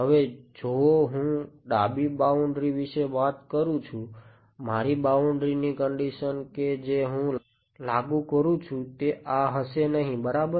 હવે જો હું ડાબી બાઉન્ડ્રી વિશે વાત કરું છું મારી બાઉન્ડ્રી ની કંડીશન કે જે હું લાગુ કરું છું તે આ હશે નહીં બરાબર